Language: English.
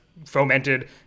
fomented